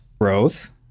growth